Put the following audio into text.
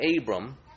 Abram